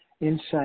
insight